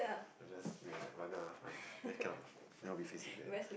or just wait that one lah then cannot cannot be facing there